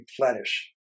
replenish